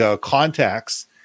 contacts